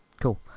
cool